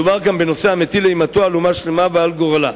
מדובר כאן בנושא המטיל אימתו על אומה שלמה ועל גורלה.